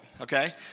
okay